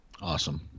Awesome